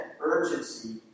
urgency